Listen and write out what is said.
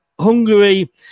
hungary